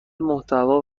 محتوا